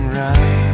right